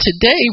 today